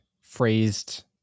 phrased